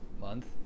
month